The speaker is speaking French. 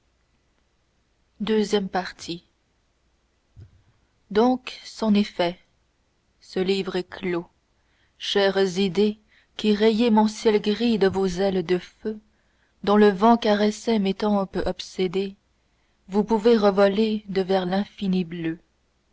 ii donc c'en est fait ce livre est clos chères idées qui rayiez mon ciel gris de vos ailes de feu dont le vent caressait mes tempes obsédées vous pouvez revoler devers l'infini bleu